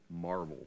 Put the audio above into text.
marvel